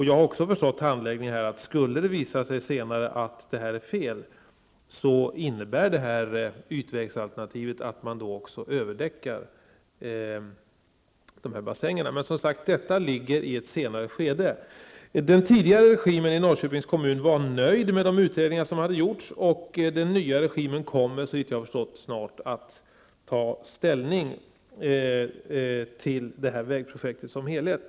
Jag har förstått av handläggningen att skulle detta senare visa sig vara fel, innebär ytvägsalternativet att det kommer att ske en överdäckning av bassängarna. Men det ligger i ett senare skede. Den tidigare regimen i Norrköpingens kommun var nöjd med de utredningar som hade gjorts. Den nya regimen, så vitt jag förstår, kommer snart att ta ställning till vägprojektet som helhet.